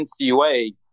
NCUA